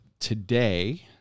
today